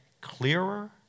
clearer